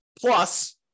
Plus